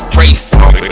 race